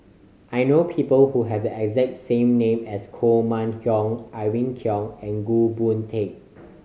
I know people who have the exact same name as Koh Mun Hong Irene Khong and Goh Boon Teck